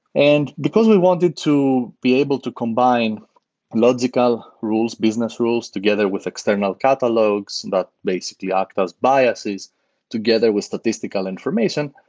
and because we wanted to be able to combine logical rules, business rules, together with external catalogs that basically act as biases together with statistical information,